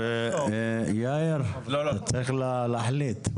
צריך להחליט .